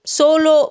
solo